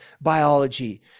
biology